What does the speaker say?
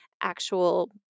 actual